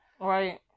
Right